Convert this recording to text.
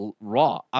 raw